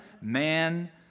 man